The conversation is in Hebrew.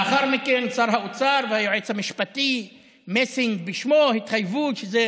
לאחר מכן שר האוצר והיועץ המשפטי מסינג בשמו התחייבו שזה